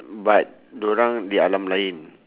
but diorang di alam lain